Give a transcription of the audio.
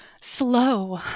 slow